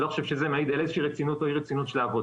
אני לא חושב שזה מעיד על איזה שהיא רצינות או אי רצינות של העבודה.